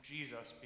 Jesus